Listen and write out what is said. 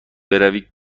بروی